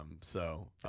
So-